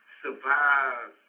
survive